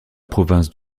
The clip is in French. province